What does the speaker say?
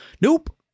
Nope